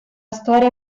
storia